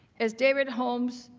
as david holmes,